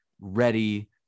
ready